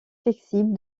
flexible